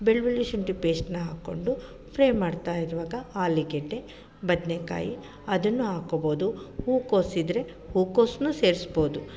ಬೆಳ್ಳುಳ್ಳಿ ಶುಂಠಿ ಪೇಸ್ಟನ್ನ ಹಾಕ್ಕೊಂಡು ಫ್ರೈ ಮಾಡ್ತಾ ಇರುವಾಗ ಆಲೂಗೆಡ್ಡೆ ಬದನೇಕಾಯಿ ಅದನ್ನು ಹಾಕ್ಕೊಬೌದು ಹೂಕೋಸು ಇದ್ದರೆ ಹೂಕೊಸನ್ನು ಸೇರಿಸ್ಬೌದು